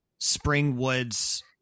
Springwood's